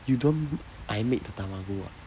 you don't want I make the tamago [what]